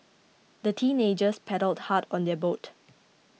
the teenagers paddled hard on their boat